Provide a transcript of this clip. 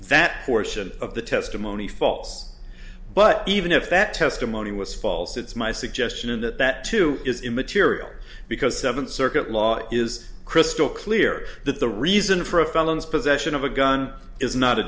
that portion of the testimony false but even if that testimony was false it's my suggestion that that too is immaterial because seventh circuit law is crystal clear that the reason for a felony possession of a gun is not a